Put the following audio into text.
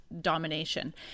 domination